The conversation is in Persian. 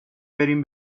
بریم